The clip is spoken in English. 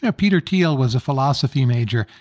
ah peter thiel was a philosophy major,